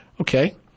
Okay